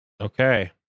Okay